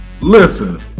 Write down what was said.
Listen